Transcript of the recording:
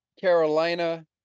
carolina